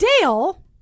dale